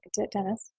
dennis.